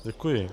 Děkuji.